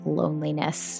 loneliness